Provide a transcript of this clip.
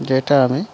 যেটা আমি